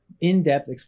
in-depth